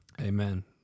Amen